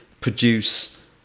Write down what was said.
produce